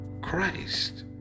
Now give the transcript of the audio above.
Christ